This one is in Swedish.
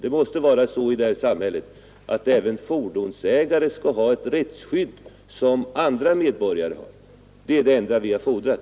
Det mäste vara så i det här samhället att även fordonsägare skall ha samma rättsskydd som andra medborgare har. Det är det enda vi har fordrat.